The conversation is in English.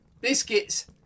biscuits